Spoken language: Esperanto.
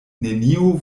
neniu